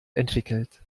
entwickelt